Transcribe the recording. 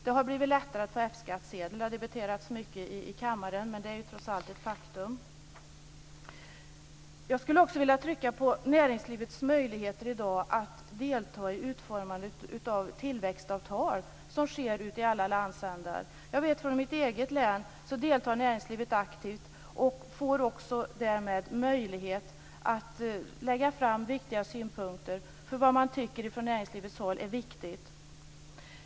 Det har blivit lättare att få F-skattsedel. Detta har debatterats mycket i kammaren, men det är trots allt ett faktum. Jag skulle också vilja trycka på näringslivets möjligheter i dag att delta i utformandet av tillväxtavtal som sker ute i alla landsändar. Jag vet att från mitt eget län deltar näringslivet aktivt och får därmed också möjlighet att lägga fram viktiga synpunkter på vad man från näringslivets håll tycker är viktigt.